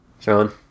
John